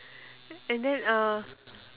and then uh